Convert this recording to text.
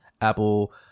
Apple